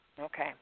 Okay